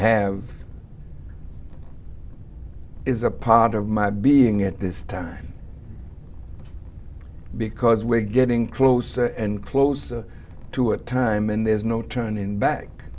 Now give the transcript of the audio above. have is a part of my being at this time because we're getting closer and closer to a time and there's no turning back